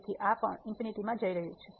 તેથી આ પણ ∞ માં જઈ રહ્યું છે